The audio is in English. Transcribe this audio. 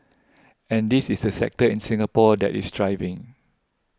and this is a sector in Singapore that is thriving